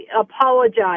apologize